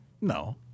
No